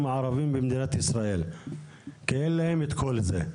הערבים במדינת ישראל כי אין להם את כל זה.